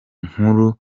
nkuru